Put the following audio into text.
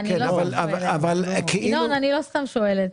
אני לא סתם שואלת.